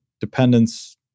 dependence